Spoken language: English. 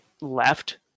left